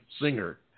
singer